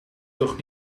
toch